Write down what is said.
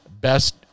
best